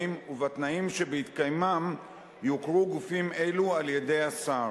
ובתנאים שבהתקיימם יוכרו גופים אלו על-ידי השר.